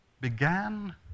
began